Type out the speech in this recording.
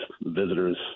visitors